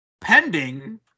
pending –